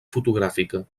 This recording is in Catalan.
fotogràfica